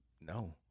No